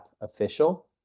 Official